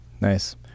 Nice